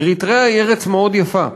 אריתריאה היא ארץ מאוד יפה,